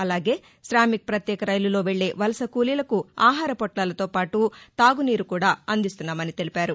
అలాగే శామిక్ పత్యేక రైలులో వెక్లే వలస కూలీలకు ఆహార పొట్లాలతో పాటు తాగునీరు అందిస్తున్నామన్నారు